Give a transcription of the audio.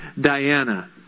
Diana